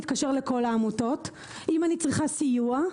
לכל העמותות כשאני צריכה סיוע?